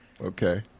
Okay